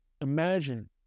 Imagine